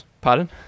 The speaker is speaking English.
Pardon